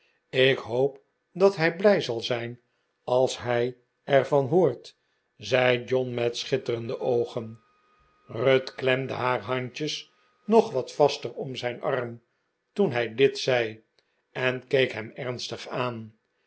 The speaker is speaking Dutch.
ik hoop dat hij blij zal zijn als hij er van hoort zei john met schitterende oogen ruth klemde haar handjes nog wat vaster om zijn arm toen hij dit zei en keek hem ernstig aan